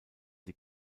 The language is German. die